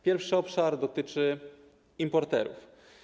Pierwszy obszar dotyczy importerów.